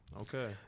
Okay